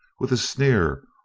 with a sneer,